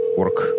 work